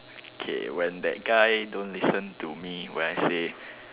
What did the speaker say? K when that guy don't listen to me when I say